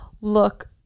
look